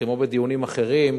כמו בדיונים אחרים,